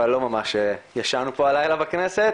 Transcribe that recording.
אבל לא ממש ישנו פה הלילה בכנסת,